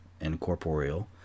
incorporeal